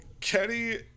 Kenny